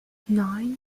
nine